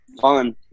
fun